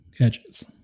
edges